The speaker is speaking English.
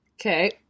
okay